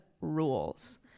rules